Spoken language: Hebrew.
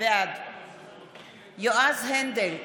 בעד יועז הנדל,